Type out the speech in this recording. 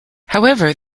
however